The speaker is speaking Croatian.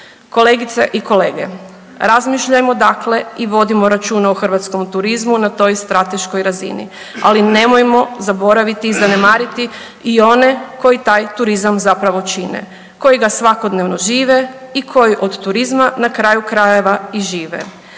Kolegice i kolege razmišljajmo dakle i vodimo računa o hrvatskom turizmu na toj strateškoj razini, ali nemojmo zaboraviti i zanemariti i one koji taj turizam zapravo čine, koji ga svakodnevno žive i koji od turizma na kraju krajeva i žive.